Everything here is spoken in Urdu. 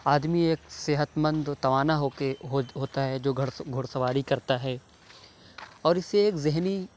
آدمی ایک صحت مند و توانا ہو کے ہوتا ہوتا ہے جو گھوڑا گھوڑا سواری کرتا ہے اور اِس سے ایک ذہنی